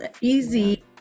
easy